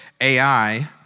AI